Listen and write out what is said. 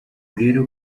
rero